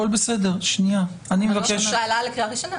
זה עלה לקריאה ראשונה